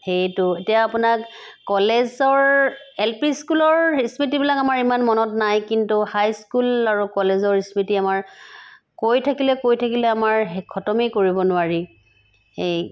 সেইটো এতিয়া আপোনাক কলেজৰ এল পি স্কুলৰ স্মৃতিবিলাক আমাৰ ইমান মনত নাই কিন্তু হাই স্কুল আৰু কলেজৰ স্মৃতি আমাৰ কৈ থাকিলে কৈ থাকিলে আমাৰ শে খটমেই কৰিব নোৱাৰি এই